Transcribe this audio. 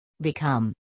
Become